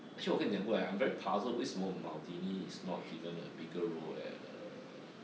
actually 我跟你讲过 ah I'm very puzzled 为什么 maldini is not given a bigger role at err